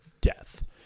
death